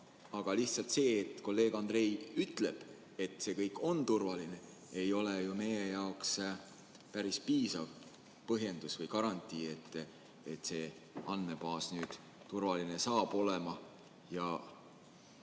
aga lihtsalt see, kui kolleeg Andrei ütleb, et see kõik on turvaline, ei saa ju meie jaoks olla päris piisav põhjendus või garantii, et see andmebaas saab turvaline olema.